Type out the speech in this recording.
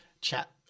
chat